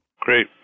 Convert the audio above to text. Great